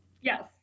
Yes